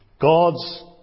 God's